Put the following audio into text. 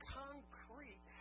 concrete